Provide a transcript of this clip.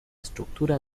estructura